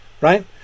Right